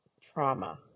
trauma